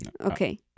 Okay